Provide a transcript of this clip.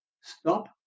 stop